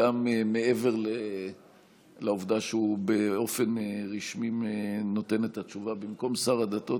גם מעבר לעובדה שהוא באופן רשמי נותן את התשובה במקום שר הדתות.